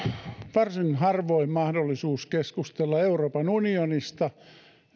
varsin harvoin mahdollisuus keskustella euroopan unionista